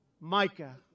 Micah